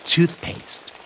Toothpaste